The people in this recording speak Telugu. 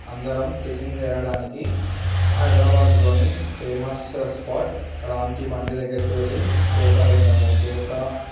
అందరమూ టిఫిన్ చేయడానికి హైదరాబాదులోని ఫేమస్ స్పాట్ రామ్కి బండి దగ్గరికి వెళ్ళి దోశ తింటాము దోశ